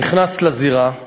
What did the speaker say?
נכנסת לזירה,